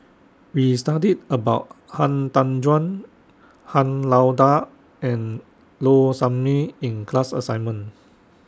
We studied about Han Tan Juan Han Lao DA and Low Sanmay in The class assignment